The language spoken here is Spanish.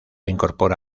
incorpora